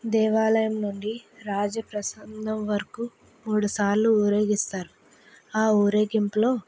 దేవాలయం నుండి రాజప్రసన్నం వరకు మూడుసార్లు ఊరేగిస్తారు ఆ ఊరేగింపులో